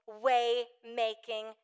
way-making